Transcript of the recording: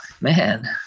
man